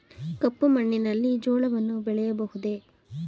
ಕಪ್ಪು ಮಣ್ಣಿನಲ್ಲಿ ಜೋಳವನ್ನು ಬೆಳೆಯಬಹುದೇ?